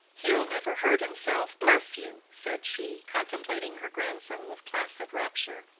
he ll never hurt himself, bless you! said she, contemplating her grandson with placid rapture.